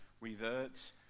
reverts